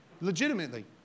legitimately